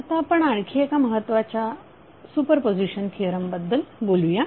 आता आपण आणखी एका महत्त्वाच्या सुपरपोझिशन थिअरम बद्दल बोलूया